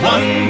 One